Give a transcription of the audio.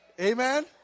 Amen